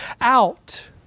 out